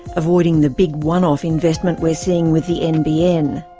avoiding the big one-off investment we're seeing with the nbn.